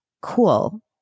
cool